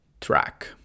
track